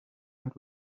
and